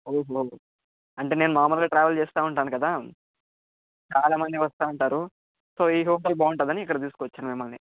ఓహో అంటే నేను మాములుగా ట్రావెల్ చేస్తూ ఉంటాను కదా చాలా మంది వస్తాంటారు సో ఈ హోటల్ బాగుంటాదని ఇక్కడికి తీసుకొచ్చాను మిమ్మల్ని